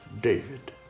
David